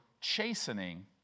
chastening